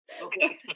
okay